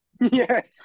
Yes